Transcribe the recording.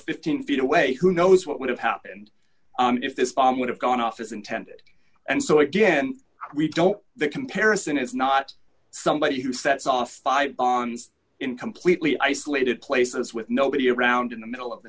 fifteen feet away who knows what would have happened if this bomb would have gone off as intended and so again we don't the comparison is not somebody who sets off by on in completely isolated places with nobody around in the middle of the